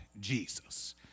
Jesus